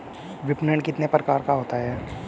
विपणन कितने प्रकार का होता है?